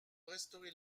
restaurer